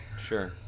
sure